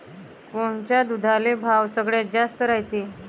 कोनच्या दुधाले भाव सगळ्यात जास्त रायते?